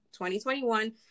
2021